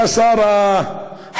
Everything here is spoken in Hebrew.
היה שר החקלאות,